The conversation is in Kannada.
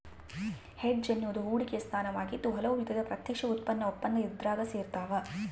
ಹೆಡ್ಜ್ ಎನ್ನುವುದು ಹೂಡಿಕೆಯ ಸ್ಥಾನವಾಗಿದ್ದು ಹಲವು ವಿಧದ ಪ್ರತ್ಯಕ್ಷ ಉತ್ಪನ್ನ ಒಪ್ಪಂದ ಇದ್ರಾಗ ಸೇರ್ಯಾವ